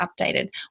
updated